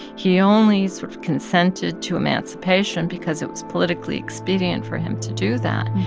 he only sort of consented to emancipation because it was politically expedient for him to do that.